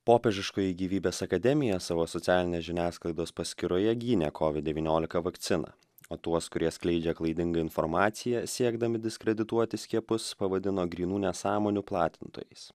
popiežiškoji gyvybės akademija savo socialinės žiniasklaidos paskyroje gynė covid devyniolika vakciną o tuos kurie skleidžia klaidingą informaciją siekdami diskredituoti skiepus pavadino grynų nesąmonių platintojais